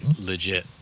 legit